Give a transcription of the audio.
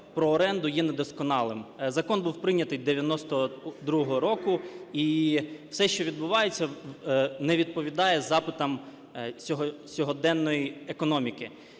про оренду є недосконалим. Закон був прийняти 92 року, і все, що відбувається, не відповідає запитам сьогоденної економіки.